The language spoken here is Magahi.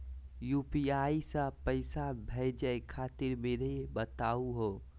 यू.पी.आई स पैसा भेजै खातिर विधि बताहु हो?